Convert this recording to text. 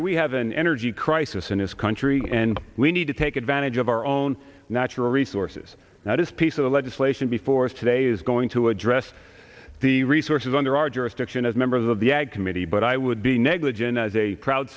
er we have an energy crisis in this country and we need to take advantage of our own natural resources now this piece of the legislation before us today is going to address the resources under our jurisdiction as members of the ag committee but i would be negligent as a pro